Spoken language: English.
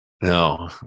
No